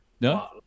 No